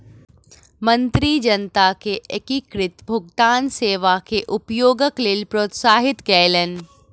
मंत्री जनता के एकीकृत भुगतान सेवा के उपयोगक लेल प्रोत्साहित कयलैन